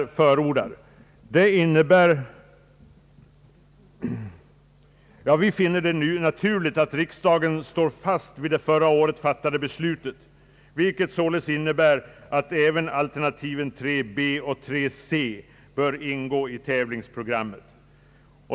Vi finner det naturligt att riksdagen står fast vid det förra året fattade beslutet, vilket således innebär att även alternativen 3 b och 3 c bör ingå i tävlingsprogrammet.